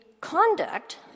conduct